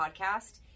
podcast